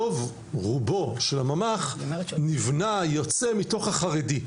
רוב רובו של הממ"ח נבנה, יוצא מתוך החרדי.